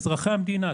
אזרחי המדינה,